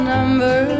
Number